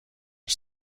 are